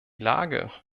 lage